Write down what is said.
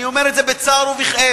אני אומר את זה בצער ובכאב.